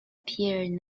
appeared